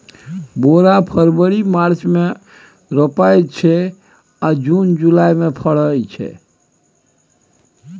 बोरा फरबरी मार्च मे रोपाइत छै आ जुन जुलाई मे फरय छै